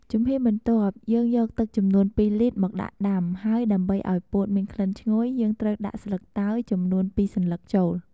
ជំហានបន្ទាប់ យើងយកទឹកចំនួន២លីត្រមកដាក់ដាំ ហើយដើម្បីឱ្យពោតមានក្លិនឈ្ងុយ យើងត្រូវការដាក់ស្លឹកតើយចំនួន២សន្លឹកចូល។